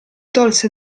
tolse